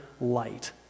light